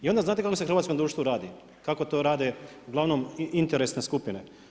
I onda znate kako se u hrvatskom društvu radi kako to rade uglavnom interesne skupine?